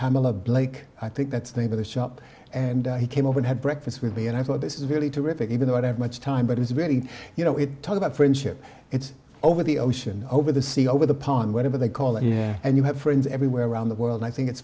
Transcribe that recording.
pamela blake i think that's near the shop and he came up and had breakfast with me and i thought this is really terrific even though i have much time but it's really you know it talk about friendship it's over the ocean over the sea over the pond whatever they call it and you have friends everywhere around the world i think it's